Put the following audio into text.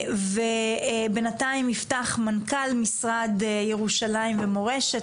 ובינתיים יפתח מנכ"ל משרד ירושלים ומורשת,